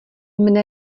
mne